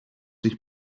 ich